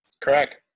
Correct